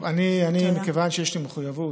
טוב, אני, מכיוון שיש לי מחויבות